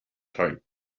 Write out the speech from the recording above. time